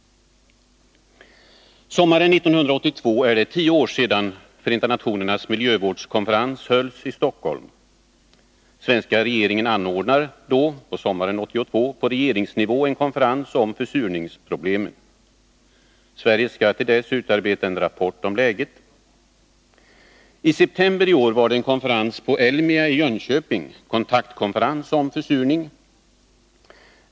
Sommaren 1982 är det tio år sedan FN:s miljövårdskonferens hölls i Stockholm. Den svenska regeringen ordnar då på regeringsnivå en konferens om försurningsproblemen. Sverige skall till dess utarbeta en rapport om läget. I september i år var det en konferens på Elmia i Jönköping, Kontaktkonferens om försurning.